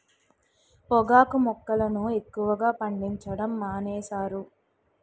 పొగాకు మొక్కలను ఎక్కువగా పండించడం మానేశారు